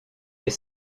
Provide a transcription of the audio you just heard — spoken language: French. est